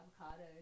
avocado